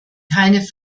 keine